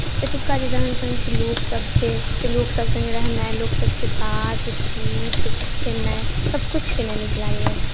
एतुका जे रहन सहन छै लोकसभ छै से लोकसभ सङ्गे रहनाइ लोकसभसँ बातचीत केनाइ सभकिछु केनाइ नीक लगैए